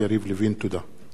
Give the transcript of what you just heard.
אנחנו ממשיכים בסדר-היום.